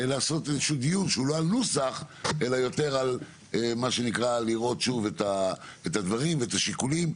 לעשות דיון שהוא לא על נוסח אלא יותר לראות שוב את הדברים ואת השיקולים.